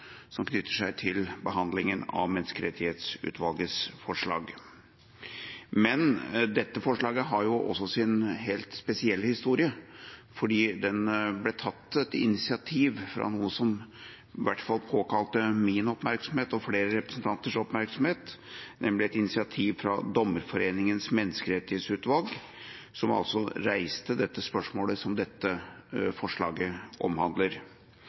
som knytter seg til behandlinga av Menneskerettighetsutvalgets forslag. Men dette forslaget har sin helt spesielle historie, fordi det ble tatt et initiativ fra noen som i hvert fall påkalte min og flere andre representanters oppmerksomhet, nemlig Dommerforeningens menneskerettighetsutvalg, som reiste spørsmålet som dette forslaget omhandler.